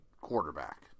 quarterback